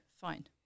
fine